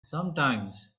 sometimes